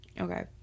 Okay